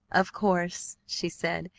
of course, she said,